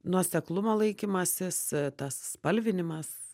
nuoseklumo laikymasis tas spalvinimas